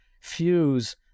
fuse